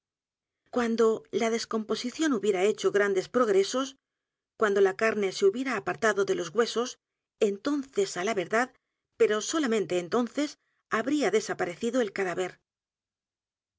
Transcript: cuando la descomposición hubiera hecho grandes progresos cuando la carne se h u biera apartado d é l o s huesos entonces á la verdad pero solamente entonces habría desaparecido el cadáver